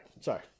Sorry